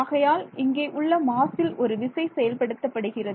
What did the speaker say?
ஆகையால் இங்கே உள்ள மாசில் ஒரு விசை செயல்படுத்தப்படுகிறது